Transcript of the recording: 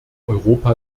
europa